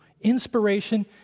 inspiration